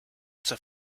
zur